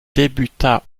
débuta